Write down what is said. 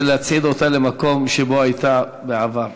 להצעיד אותה למקום שבו הייתה בעבר.